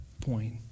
point